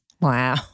Wow